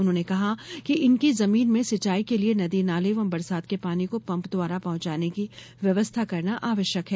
उन्होंने कहा कि इनकी जमीन में सिंचाई के लिये नदी नाले एवं बरसात के पानी को पम्प द्वारा पहुँचाने की व्यवस्था करना आवश्यक है